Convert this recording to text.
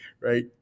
right